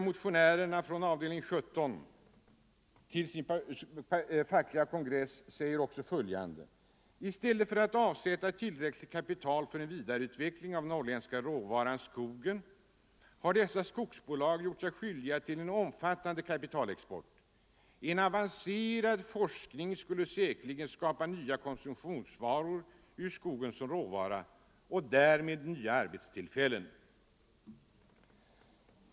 Motionärerna från avdelning 17 säger också följande till sin fackliga kongress: ”I stället för att avsätta tillräckligt kapital för en vidareutveckling av den norrländska råvaran — skogen, har dessa storbolag gjort sig skyldiga till en omfattande kapitalexport. En avancerad forskning skulle säkerligen skapa nya konsumtionsvaror ur skogen som råvara” — och därmed nya arbetstillfällen.